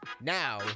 Now